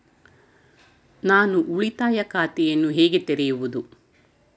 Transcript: ನಾನು ಉಳಿತಾಯ ಖಾತೆಯನ್ನು ಹೇಗೆ ತೆರೆಯುವುದು?